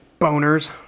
Boners